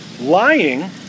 Lying